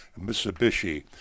Mitsubishi